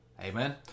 Amen